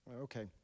Okay